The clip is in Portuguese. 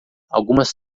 algumas